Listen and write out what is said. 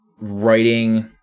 writing